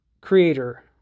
creator